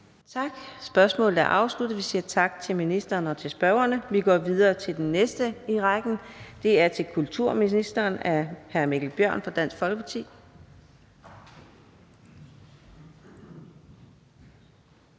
Tak. Spørgsmålet er afsluttet. Vi siger tak til ministeren og til spørgerne. Vi går videre til det næste spørgsmål i rækken, og det er til kulturministeren af hr. Mikkel Bjørn fra Dansk Folkeparti.